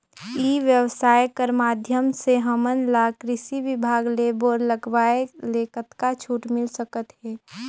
ई व्यवसाय कर माध्यम से हमन ला कृषि विभाग ले बोर लगवाए ले कतका छूट मिल सकत हे?